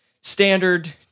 standard